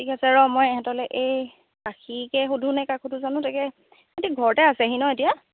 ঠিক আছে ৰহ্ মই ইহঁতলৈ এই পাখিকে সুধোঁনে কাক সুধোঁ জানো তাকে ইহঁতে ঘৰতে আছেহি ন এতিয়া